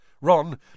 Ron